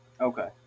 Okay